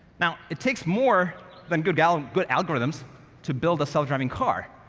now, it takes more than good ah and good algorithms to build a self-driving car.